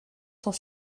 sont